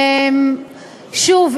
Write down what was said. שוב,